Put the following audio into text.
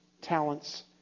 talents